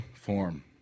form